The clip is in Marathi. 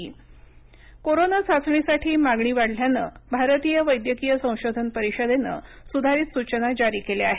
आयसीएमआर कोरोना चाचणीसाठी मागणी वाढल्यानं भारतीय वैद्यकीय संशोधन परिषदेनं सुधारित सूचना जारी केल्या आहेत